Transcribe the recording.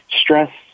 stress